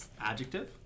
Adjective